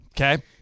Okay